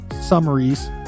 summaries